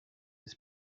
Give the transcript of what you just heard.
his